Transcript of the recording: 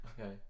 Okay